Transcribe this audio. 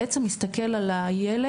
אנחנו עדיין לא יודעים כמה מסגרות יש,